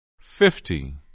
Fifty